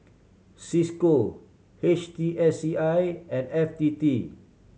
Cisco H T S C I and F T T